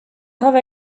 grave